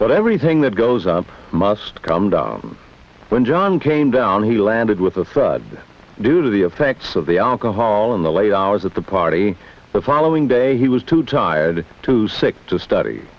but everything that goes up must come down when john came down he landed with a thud due to the effects of the alcohol in the late hours at the party the following day he was too tired too sick to study